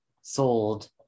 sold